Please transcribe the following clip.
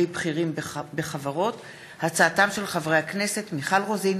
בעקבות דיון בהצעתם של חברי הכנסת מיכל רוזין,